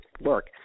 work